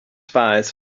spies